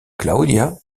claudia